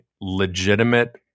legitimate